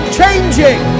changing